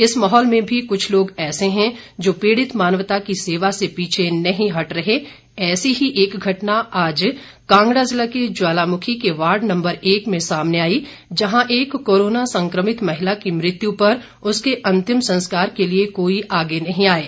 इस माहौल में भी कुछ लोग ऐसे हैं जो पीड़ित मानवता की सेवा से पीछे नहीं हट रहे ऐसे ही एक घटना आज कांगड़ा जिला के ज्वालामुखी के वार्ड नम्बर एक में सामने आई जहां एक कोरोना संक्रमित महिला की मृत्यू पर उसके अन्तिम संस्कार के लिए कोई आगे नहीं आये